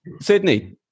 Sydney